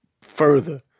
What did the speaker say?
further